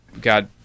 got